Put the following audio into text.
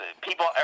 people